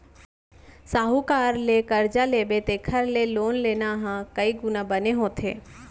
साहूकार ले करजा लेबे तेखर ले लोन लेना ह कइ गुना बने होथे